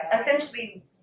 Essentially